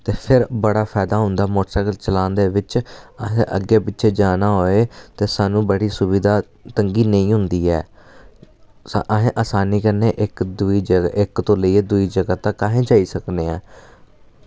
ते फिर बड़ा फाइदा होंदा मोटरसैकल चलान दे बिच असैं अग्गे पिच्छे जाना होऐ ते स्हानू बड़ी सुविधा तंगी नेईं होंदी ऐ असैं असानी कन्नै इक दूई जगह इक तो लेइयै दूई जगह तक असैं जाई सकने ऐ